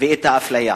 ואת האפליה.